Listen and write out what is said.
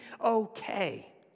okay